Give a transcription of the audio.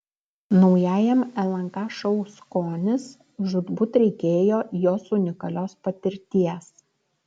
naujajam lnk šou skonis žūtbūt reikėjo jos unikalios patirties